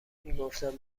میگفتند